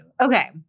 Okay